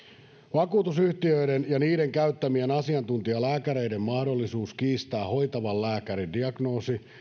vakuutusyhtiöiden ja niiden käyttämien asiantuntijalääkäreiden mahdollisuus kiistää hoitavan lääkärin diagnoosi